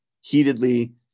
heatedly